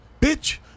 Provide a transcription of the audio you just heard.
Bitch